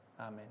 Amen